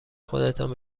خودتان